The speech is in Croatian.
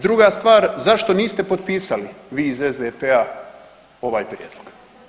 Druga stvar zašto niste potpisali vi iz SDP-a ovaj prijedlog.